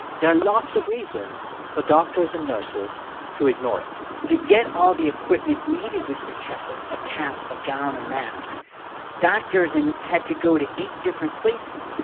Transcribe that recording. there are lots of reasons for doctors and nurses to ignore it to get all the equipment needed with the checklist a cap, a gown, a mask doctors and had to go to eight different places.